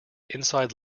inside